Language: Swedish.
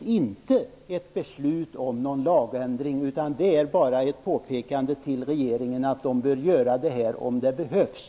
inte ett beslut om någon lagändring utan bara ett påpekande till regeringen att den bör göra det om det behövs.